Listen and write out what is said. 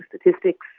statistics